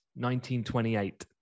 1928